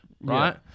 right